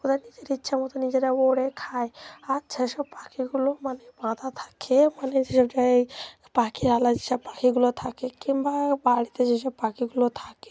ওদের নিজের ইচ্ছা মতো নিজেরা ওড়ে খায় আর সেসব পাখিগুলো মানে বাঁধা থাকে মানে যেসব জায়গায় পাখির আলাদ যেসব পাখিগুলো থাকে কিংবা বাড়িতে যেসব পাখিগুলো থাকে